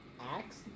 axe